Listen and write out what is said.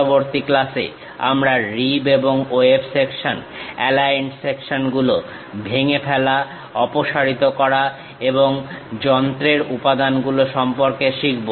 পরবর্তী ক্লাসে আমরা রিব এবং ওয়েব সেকশন অ্যালাইন্ড সেকশনগুলো ভেঙে ফেলা অপসারিত করা এবং যন্ত্রের উপাদানগুলো সম্পর্কে শিখব